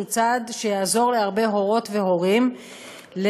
שיעזור להרבה הורות והורים,